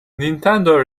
nintendo